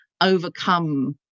overcome